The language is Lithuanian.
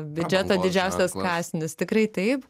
biudžeto didžiausias kąsnis tikrai taip